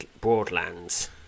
broadlands